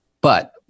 But-